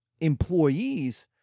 employees